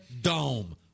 Dome